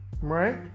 right